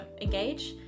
engage